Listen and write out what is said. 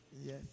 Yes